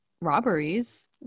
robberies